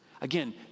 Again